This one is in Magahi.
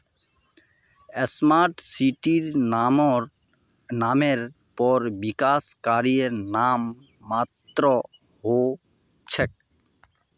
स्मार्ट सिटीर नामेर पर विकास कार्य नाम मात्रेर हो छेक